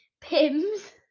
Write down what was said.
Pims